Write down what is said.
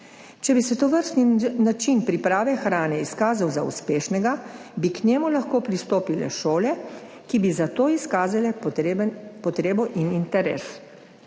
Če bi se tovrstni način priprave hrane izkazal za uspešnega, bi k njemu lahko pristopile šole, ki bi za to izkazale potrebo in interes.